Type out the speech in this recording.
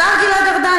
השר גלעד ארדן,